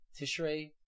Tishrei